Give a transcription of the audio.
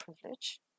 privilege